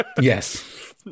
yes